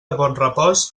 bonrepòs